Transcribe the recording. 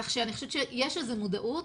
כך שאני חושבת שיש לזה מודעות,